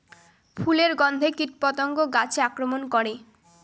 ফুলের গণ্ধে কীটপতঙ্গ গাছে আক্রমণ করে?